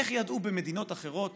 איך ידעו במדינות אחרות